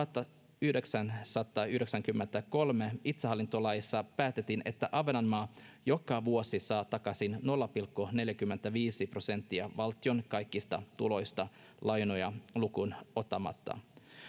tuhatyhdeksänsataayhdeksänkymmentäkolme itsehallintolaissa päätettiin että ahvenanmaa saa joka vuosi takaisin nolla pilkku neljäkymmentäviisi prosenttia valtion kaikista tuloista lainoja lukuun ottamatta